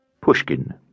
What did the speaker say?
Pushkin